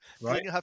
Right